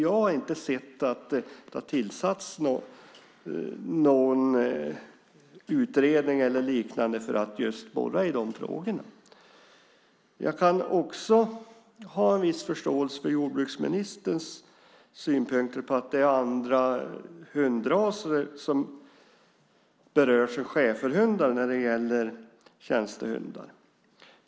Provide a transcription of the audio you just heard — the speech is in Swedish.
Jag har inte sett att det har tillsatts någon utredning eller liknande för att borra i de frågorna. Jag kan också ha en viss förståelse för jordbruksministerns synpunkter att det är andra hundraser som berörs än schäferhundar när det gäller tjänstehundar.